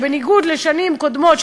שבניגוד לשנים קודמות,